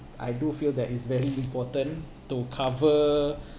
I do feel that is very important to cover